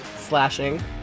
Slashing